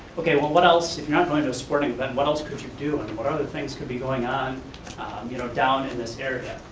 okay, what what else if you're not going to a sporting event, what else could you do? what other things could be going on you know down in this area?